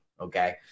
Okay